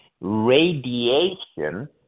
Radiation